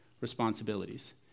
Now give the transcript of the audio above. responsibilities